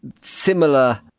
similar